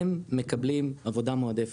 הם מקבלים עבודה מועדפת,